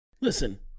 listen